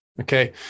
okay